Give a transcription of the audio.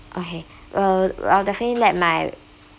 okay we'll we'll definitely let my